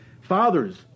Fathers